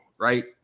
right